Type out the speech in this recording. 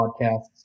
podcasts